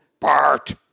Bart